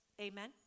Amen